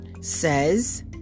says